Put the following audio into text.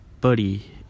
buddy